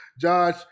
Josh